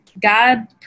God